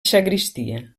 sagristia